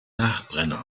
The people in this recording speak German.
nachbrenner